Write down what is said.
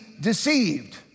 deceived